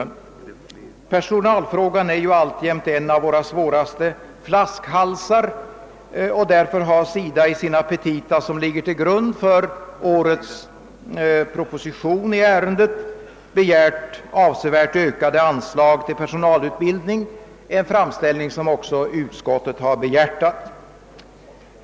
Personalfrågan är alltjämt en av våra svåraste flaskhalsar, och därför har SIDA i sina petita, som ligger till grund för årets proposition i ärendet, begärt avsevärt ökade anslag till personalutbildning, en framställning som utskottet har funnit behjärtansvärd.